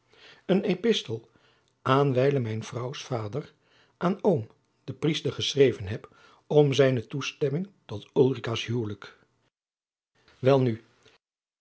een epistel aan wijlen mijn vrouws vader mijn oom den priester geschreven heb om zijne toestemming tot ulricaas huwelijk welnu